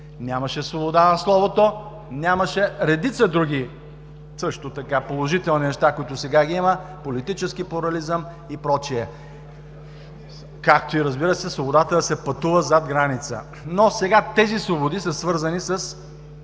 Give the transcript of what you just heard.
Нямаше свобода на словото, нямаше редица други също така положителни неща, които сега ги има – политически плурализъм и прочие, както и, разбира се, свободата да се пътува зад граница. Но сега тези свободи са свързани с